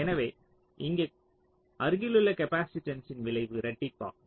எனவே இங்கே அருகிலுள்ள காப்பாசிட்டன்ஸ்ஸின் விளைவு இரட்டிப்பாகும்